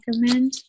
recommend